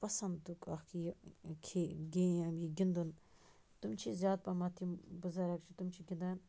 پَسنٛدُک اَکھ یہِ کھے گیم یہِ گِنٛدُن تِم چھی زیادٕ پہمَتھ یِم بزرٕگ چھِ تِم چھِ گَنٛدان